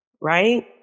Right